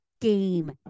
game